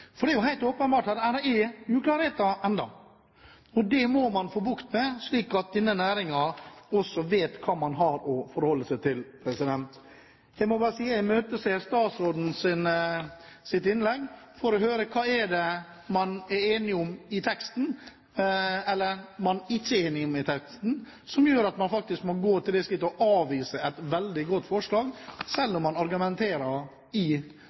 For det er helt åpenbart at det er uklarheter ennå, og det må man få bukt med, slik at denne næringen også vet hva man har å forholde seg til. Jeg må bare si at jeg imøteser statsrådens innlegg for å høre hva det er man ikke er enig om i teksten som gjør at man må gå til det skritt å avvise et veldig godt forslag, selv om man i teksten argumenterer for at man er enig i